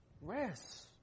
Rest